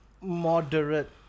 moderate